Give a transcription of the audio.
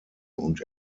und